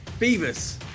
Beavis